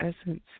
essence